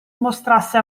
mostrasse